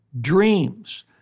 dreams